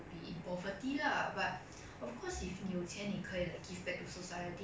ya but 如果你有钱 then I feel that 你不会吃苦 lah